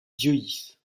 diois